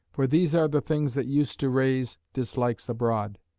for these are the things that use to raise dislikes abroad.